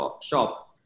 shop